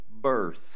birth